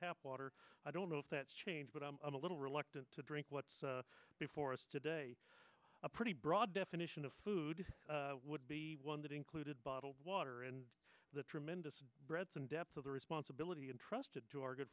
tap water i don't know if that's changed but i'm a little reluctant to drink what's before us today a pretty broad definition of food would be one that included bottled water and the tremendous breadth and depth of the responsibility entrusted to our good